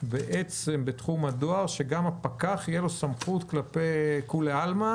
בתחום הדואר שגם לפקח תהיה סמכות כלפי כולם.